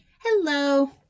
Hello